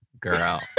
girl